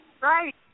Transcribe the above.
Right